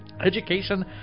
education